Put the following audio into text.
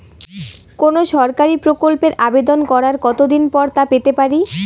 কোনো সরকারি প্রকল্পের আবেদন করার কত দিন পর তা পেতে পারি?